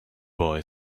boy